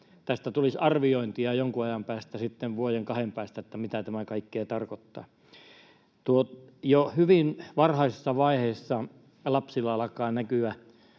tästä tulisi arviointia jonkun ajan päästä sitten — vuoden, kahden päästä — että mitä kaikkea tämä tarkoittaa. Jo hyvin varhaisessa vaiheessa lapsilla alkaa näkyä